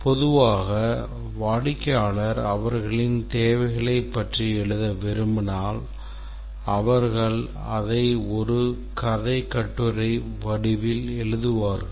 பொதுவாக வாடிக்கையாளர் அவர்களின் தேவைகளைப் பற்றி எழுத விரும்பினால் அவர்கள் ஒரு கதை கட்டுரை வடிவில் எழுதுவார்கள்